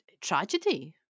tragedy